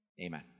Amen